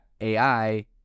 AI